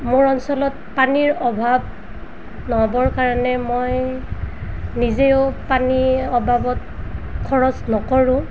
মোৰ অঞ্চলত পানীৰ অভাৱ নহ'বৰ কাৰণে মই নিজেও পানী অবাবত খৰচ নকৰোঁ